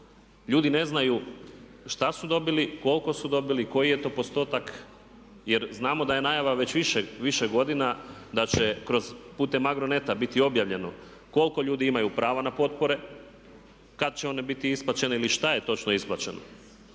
dobili, koliko su dobili, koliko su dobili, koji je to postotak. Jer znamo da je najava već više godina da će kroz putem Agroneta biti objavljeno koliko ljudi imaju prava na potpore, kada će one biti isplaćene ili šta je točno isplaćeno.